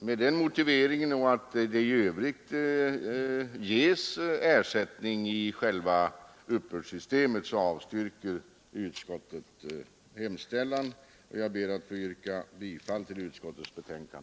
Med den motiveringen och med hänvisning till att det ges ersättning i själva uppbördssystemet avstyrker utskottet motionen, och jag ber att få yrka bifall till utskottets hemställan.